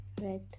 Red